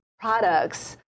products